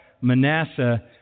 Manasseh